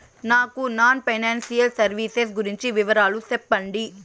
నాకు non financial services గురించి వివరాలు సెప్పండి?